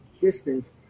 Distance